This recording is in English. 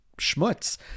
schmutz